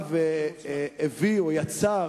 יצר